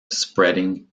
spreading